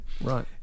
right